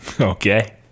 Okay